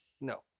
no